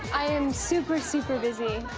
i am super, super busy.